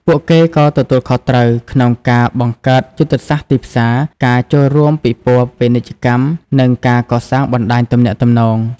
ពួកគេក៏ទទួលខុសត្រូវក្នុងការ បង្កើតយុទ្ធសាស្ត្រទីផ្សារ ការចូលរួមពិព័រណ៍ពាណិជ្ជកម្ម និងការកសាងបណ្ដាញទំនាក់ទំនង។